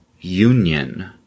union